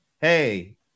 Hey